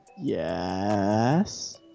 yes